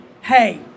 hey